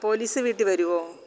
police വീട്ടില് വരുമോ